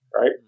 Right